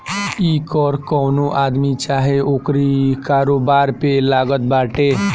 इ कर कवनो आदमी चाहे ओकरी कारोबार पे लागत बाटे